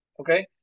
okay